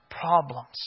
problems